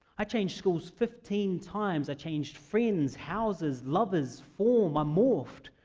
i changed schools fifteen times. i changed friends, houses, lovers, form. i morphed,